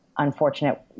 Unfortunate